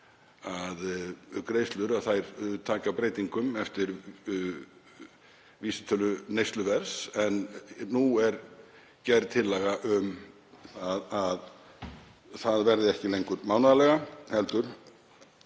að greiðslur taka breytingum eftir vísitölu neysluverðs. En nú er gerð tillaga um að það verði ekki lengur mánaðarlega heldur